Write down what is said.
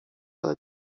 ale